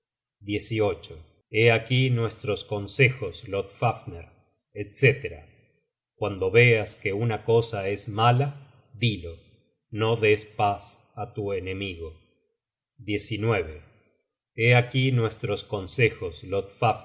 hé aquí nuestros consejos lodfafner etc cuando veas que una cosa es mala dilo no des paz á tu enemigo hé aquí nuestros consejos